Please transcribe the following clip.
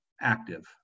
active